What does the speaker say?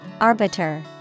Arbiter